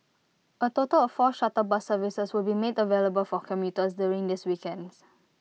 A total of four shuttle bus services will be made available for commuters during these weekends